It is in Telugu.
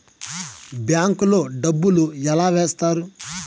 బ్యాంకు లో డబ్బులు ఎలా వేస్తారు